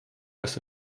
kas